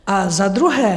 A za druhé.